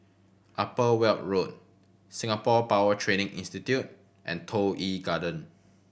Upper Weld Road Singapore Power Training Institute and Toh Yi Garden